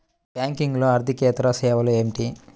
బ్యాంకింగ్లో అర్దికేతర సేవలు ఏమిటీ?